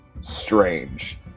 strange